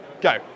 Go